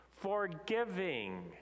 Forgiving